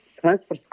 transfer